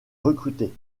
recruté